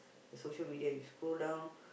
the social media you scroll down